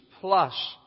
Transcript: plus